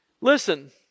Listen